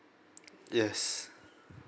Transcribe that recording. yes